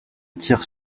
tire